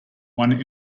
one